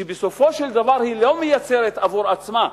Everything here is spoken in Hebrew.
שבסופו של דבר היא לא מייצרת עבור עצמה,